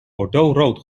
bordeauxrood